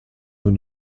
nous